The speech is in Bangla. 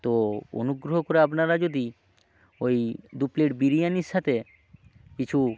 তো অনুগ্রহ করে আপনারা যদি ওই দু প্লেট বিরিয়ানির সাথে কিছু